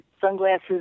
sunglasses